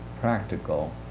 practical